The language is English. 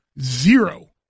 zero